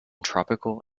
tropical